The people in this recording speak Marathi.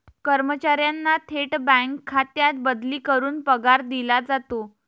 कर्मचाऱ्यांना थेट बँक खात्यात बदली करून पगार दिला जातो